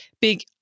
big